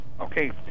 Okay